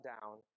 down